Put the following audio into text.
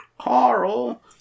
Carl